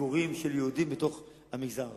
מגורים של יהודים בתוך המגזר הזה.